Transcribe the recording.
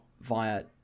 via